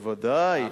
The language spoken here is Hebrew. בוודאי.